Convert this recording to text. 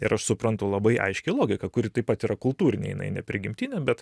ir aš suprantu labai aiškią logiką kuri taip pat yra kultūrinė jinai ne prigimtinė bet